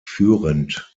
führend